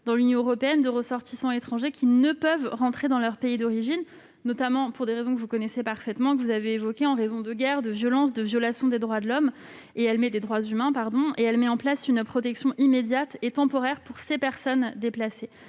dans l'Union européenne, de ressortissants étrangers qui ne peuvent rentrer dans leur pays d'origine, notamment pour les raisons que vous avez évoquées : guerre, violences, violation des droits humains. Elle met en place une protection immédiate et temporaire pour ces personnes déplacées.